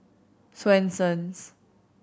Swensens